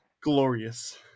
glorious